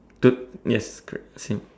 two yes correct same